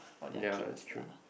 ya it's true